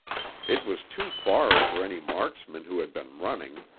it was too far for any marksman who had been running,